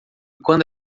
quando